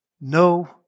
No